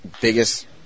biggest